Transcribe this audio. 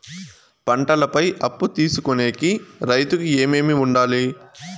పంటల పై అప్పు తీసుకొనేకి రైతుకు ఏమేమి వుండాలి?